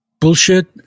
bullshit